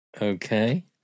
okay